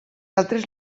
altres